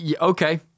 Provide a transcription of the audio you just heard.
Okay